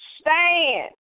stand